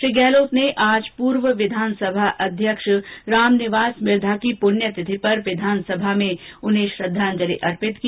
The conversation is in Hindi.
श्री गहलोत ने आज पूर्व विधानसभा अध्यक्ष रामनिवास मिर्धा की पुण्यतिथि पर विधानसभा में उन्हें श्रद्वांजलि अर्पित की